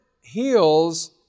heals